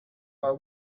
are